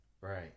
Right